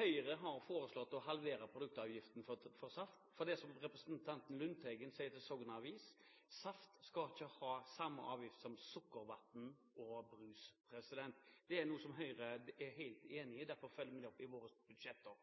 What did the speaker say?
Høyre har foreslått å halvere produktavgiften på saft. Det er som representanten Lundteigen sier til Sogn Avis: Saft skal ikke ha samme avgift som sukkervann og brus. Det er noe Høyre er helt enig i. Derfor følger vi dette opp i våre budsjetter.